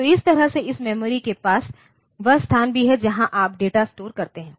तो इस तरह से इस मेमोरी के पास वह स्थान भी है जहां आप डेटा स्टोर करते हैं